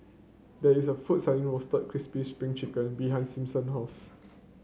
there is a food selling Roasted Crispy Spring Chicken behind Simpson house